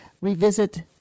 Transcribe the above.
revisit